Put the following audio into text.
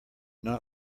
not